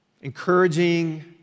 encouraging